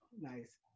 nice